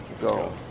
go